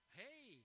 hey